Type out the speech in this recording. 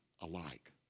alike